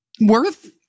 worth